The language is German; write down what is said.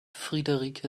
friederike